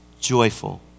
Joyful